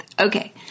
Okay